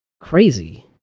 crazy